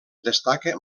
destaca